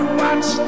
watch